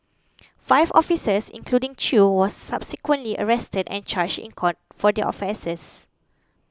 five officers including Chew were subsequently arrested and charged in court for their offences